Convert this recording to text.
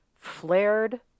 flared